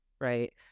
right